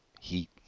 heat